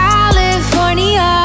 California